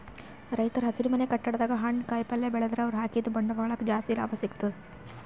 ರೈತರ್ ಹಸಿರುಮನೆ ಕಟ್ಟಡದಾಗ್ ಹಣ್ಣ್ ಕಾಯಿಪಲ್ಯ ಬೆಳದ್ರ್ ಅವ್ರ ಹಾಕಿದ್ದ ಬಂಡವಾಳಕ್ಕ್ ಜಾಸ್ತಿ ಲಾಭ ಸಿಗ್ತದ್